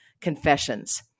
Confessions